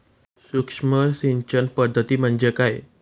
सूक्ष्म सिंचन पद्धती म्हणजे काय?